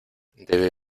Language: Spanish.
debe